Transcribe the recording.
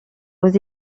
aux